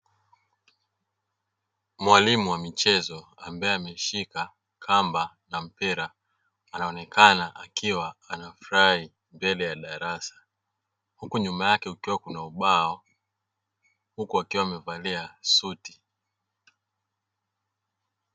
Mwalimu wa michezo ambaye ameshika kamba na mpira anaonekana akiwa anafurahi mbele ya darasa, huku nyuma yake kukiwa kuna ubao, huku akiwa amevalia suti.